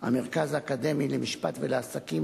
המרכז האקדמי למשפט ולעסקים,